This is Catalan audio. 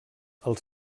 els